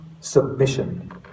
submission